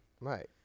right